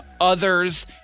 others